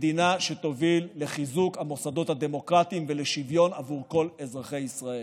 למדינה שתוביל לחיזוק המוסדות הדמוקרטיים ולשוויון עבור כל אזרחי ישראל.